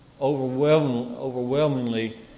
overwhelmingly